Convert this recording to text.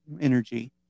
energy